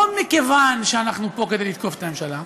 לא מכיוון שאנחנו פה כדי לתקוף את הממשלה,